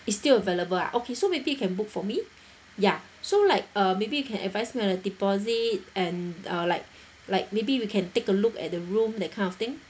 is still available ah okay so maybe you can book for me ya so like uh maybe you can advise me on the deposit and uh like like maybe we can take a look at the room that kind of thing